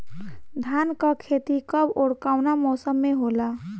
धान क खेती कब ओर कवना मौसम में होला?